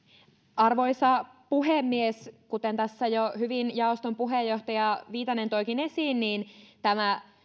arvoisa puhemies kuten tässä jaoston puheenjohtaja viitanen jo hyvin toikin esiin tämä